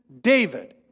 David